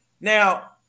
Now